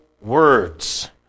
words